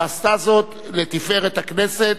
ועשתה זאת לתפארת הכנסת,